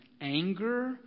anger